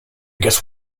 guess